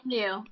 new